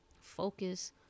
Focus